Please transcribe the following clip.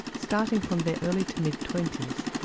starting from their early to mid twenty s.